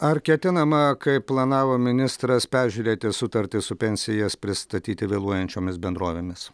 ar ketinama kaip planavo ministras peržiūrėti sutartį su pensijas pristatyti vėluojančiomis bendrovėmis